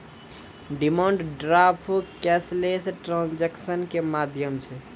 demand draft cashless transaction के माध्यम छै